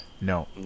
no